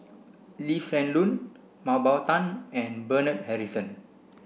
Lee Hsien Loong Mah Bow Tan and Bernard Harrison